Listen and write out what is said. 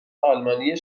آلمانی